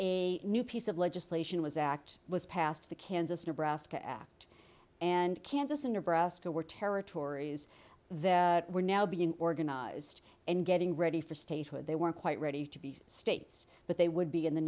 a new piece of legislation was act was passed the kansas nebraska act and kansas and nebraska were territories that were now being organized and getting ready for statehood they weren't quite ready to be states but they would be in the